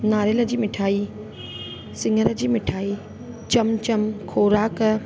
नारियल जी मिठाई सिङर जी मिठाई चमचम ख़ोराक